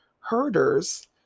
herders